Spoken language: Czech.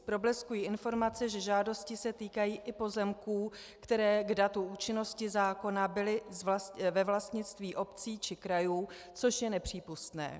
Probleskují informace, že žádosti se týkají i pozemků, které k datu účinnosti zákona byly ve vlastnictví obcí či krajů, což je nepřípustné.